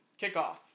kickoff